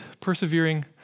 persevering